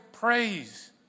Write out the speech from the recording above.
Praise